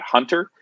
Hunter